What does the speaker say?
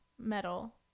metal